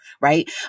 Right